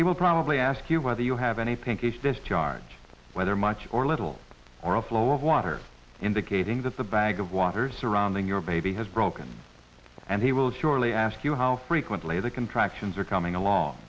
he will probably ask you whether you have any pain he's discharged whether much or little or a flow of water indicating that the bag of water surrounding your baby has broken and he will surely ask you how frequently the contractions are coming along